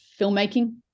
filmmaking